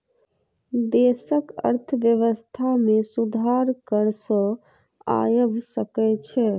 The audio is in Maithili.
देशक अर्थव्यवस्था में सुधार कर सॅ आइब सकै छै